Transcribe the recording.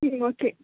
ம் ஓகே